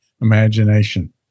imagination